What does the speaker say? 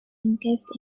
encased